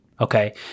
Okay